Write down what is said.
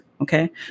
Okay